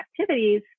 activities